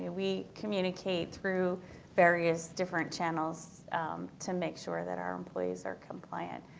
we communicate through various different channels to make sure that our employees are compliant.